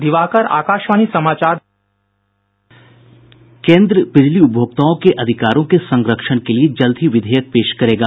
दियाकर आकासपारी सवाधार केंद्र बिजली उपभोक्ताओं के अधिकारों के संरक्षण के लिए जल्द ही विधेयक पेश करेगा